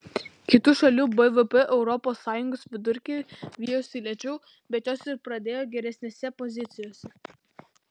kitų šalių bvp europos sąjungos vidurkį vijosi lėčiau bet jos ir pradėjo geresnėse pozicijose